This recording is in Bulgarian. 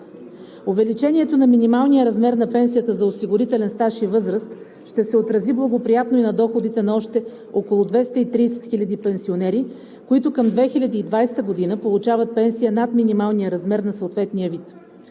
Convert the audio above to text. Увеличението на минималния размер на пенсията за осигурителен стаж и възраст ще се отрази благоприятно на доходите на още около 230 000 пенсионери, които към 2020 г. получават пенсия над минималния размер на съответния вид.